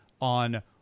on